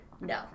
No